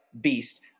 beast